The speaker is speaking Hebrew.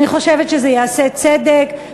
אני חושבת שזה יעשה צדק,